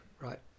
right